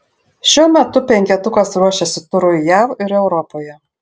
šiuo metu penketukas ruošiasi turui jav ir europoje